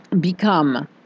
become